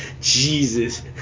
Jesus